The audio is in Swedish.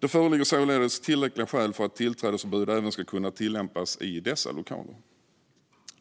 Det föreligger således tillräckliga skäl för att tillträdesförbud även ska kunna tillämpas i dessa lokaler.